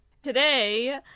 Today